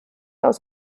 aus